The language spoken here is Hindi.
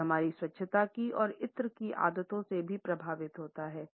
यह हमारी स्वच्छता की और इत्र की आदतों से भी प्रभावित होता है